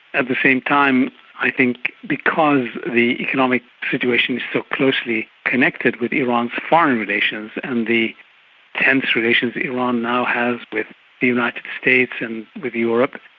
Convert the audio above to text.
at the same time i think because the economic situation is so closely connected with iran's foreign relations and the tense relations iran now has with the united like states and with europe,